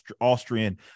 Austrian